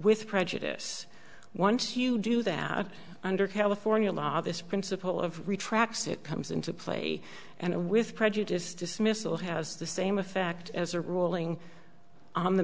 with prejudice once you do that under california law this principle of retracts it comes into play and with prejudice dismissal has the same effect as a ruling on the